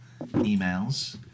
emails